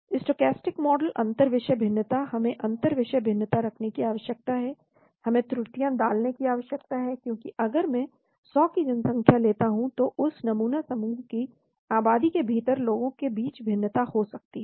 stochastic model अंतर विषय भिन्नता हमें अंतर विषय भिन्नता रखने की आवश्यकता है हमें त्रुटियां डालने की आवश्यकता है क्योंकि अगर मैं 100 की जनसंख्या लेता हूं तो उस नमूना समूह की आबादी के भीतर लोगों के बीच भिन्नता हो सकती है